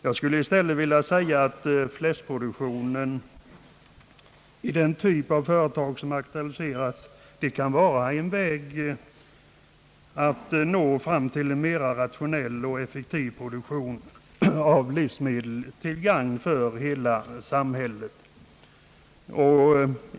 Jag skulle i stället vilja säga, att fläskproduktionen i den typ av företag, som aktualiserats, kan vara en väg att nå fram till en mera rationell och effektiv produktion av livsmedel till gagn för hela samhället.